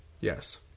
Yes